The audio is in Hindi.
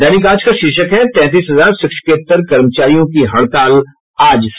दैनिक आज का शीर्षक है तैंतीस हजार शिक्षकेत्तर कर्मचारियों की हड़ताल आज से